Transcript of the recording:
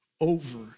over